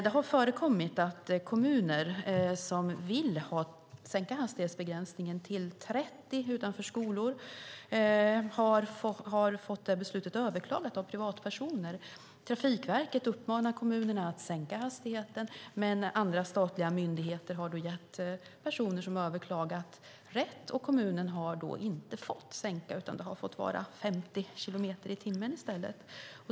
Det har förekommit att kommuner som vill sänka hastigheten till 30 utanför skolor har fått beslutet överklagat av privatpersoner. Trafikverket uppmanar kommunerna att sänka hastigheten, men andra statliga myndigheter har gett personer som överklagat rätt. Kommunen har då inte kunnat sänka hastigheten, utan det har fått vara 50 kilometer i timmen.